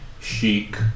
chic